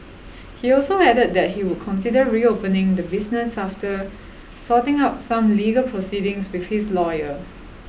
he also added that he would consider reopening the business after sorting out some legal proceedings with his lawyer